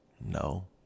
no